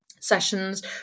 sessions